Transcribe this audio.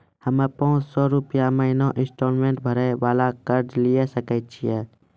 हम्मय पांच सौ रुपिया महीना इंस्टॉलमेंट भरे वाला कर्जा लिये सकय छियै?